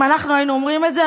אם אנחנו היינו אומרים את זה,